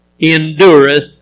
endureth